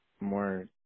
more